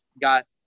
got